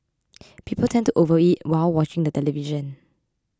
people tend to overeat while watching the television